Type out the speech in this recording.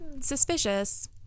suspicious